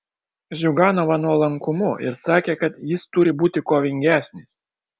ziuganovą nuolankumu ir sakė kad jis turi būti kovingesnis